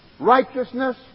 Righteousness